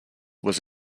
was